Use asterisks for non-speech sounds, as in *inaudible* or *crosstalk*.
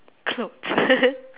clothes *laughs*